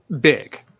big